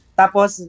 tapos